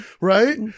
right